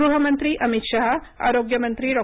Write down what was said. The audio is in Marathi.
गृहमंत्री अमित शहा आरोग्य मंत्री डॉ